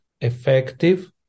effective